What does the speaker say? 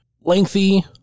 lengthy